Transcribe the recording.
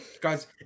Guys